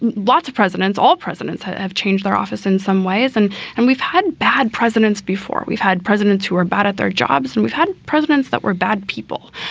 lots of presidents, all presidents have changed their office in some ways. and and we've had bad presidents before. we've had presidents who are bad at their jobs. and we've had presidents that were bad people.